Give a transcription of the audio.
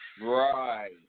Right